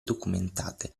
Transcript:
documentate